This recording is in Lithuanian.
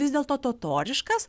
vis dėlto totoriškas